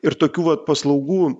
ir tokių vat paslaugų